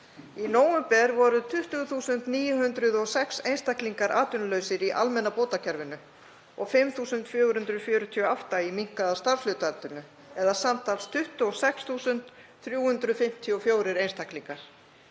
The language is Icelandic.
Í nóvember voru 20.906 einstaklingar atvinnulausir í almenna bótakerfinu og 5.448 í minnkuðu starfshlutfalli eða samtals 26.354 einstaklingar.